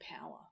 power